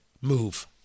move